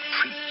preach